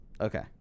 okay